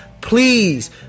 please